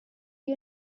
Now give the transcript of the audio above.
you